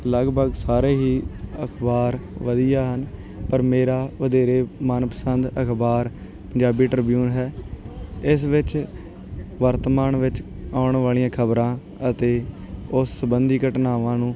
ਲਗਭਗ ਸਾਰੇ ਹੀ ਅਖਬਾਰ ਵਧੀਆ ਹਨ ਪਰ ਮੇਰਾ ਵਧੇਰੇ ਮਨ ਪਸੰਦ ਅਖਬਾਰ ਪੰਜਾਬੀ ਟ੍ਰਿਬਿਊਨ ਹੈ ਇਸ ਵਿੱਚ ਵਰਤਮਾਨ ਵਿੱਚ ਆਉਣ ਵਾਲੀਆਂ ਖਬਰਾਂ ਅਤੇ ਉਸ ਸਬੰਧੀ ਘਟਨਾਵਾਂ ਨੂੰ